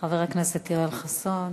חבר הכנסת יואל חסון.